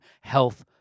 health